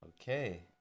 Okay